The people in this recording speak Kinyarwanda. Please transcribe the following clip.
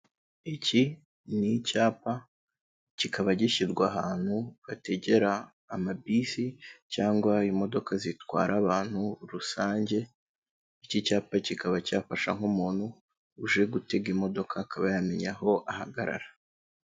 Iki ni icyapa, kikaba gishyirwa ahantu bategera ama bisi cyangwa imodoka zitwara abantu rusange, iki cyapa kikaba cyafasha nk'umuntu uje gutega imodoka akayamenya aho ahagarara.